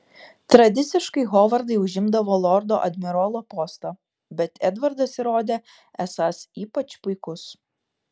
tradiciškai hovardai užimdavo lordo admirolo postą bet edvardas įrodė esąs ypač puikus